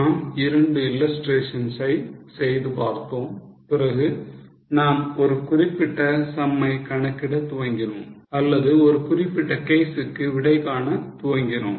நாம் 2 illustrations ஐ செய்து பார்த்தோம் பிறகு நாம் ஒரு குறிப்பிட்ட sum ஐ கணக்கிட துவங்கினோம் அல்லது ஒரு குறிப்பிட்ட case க்கு விடைகாண துவங்கினோம்